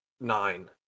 nine